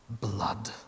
blood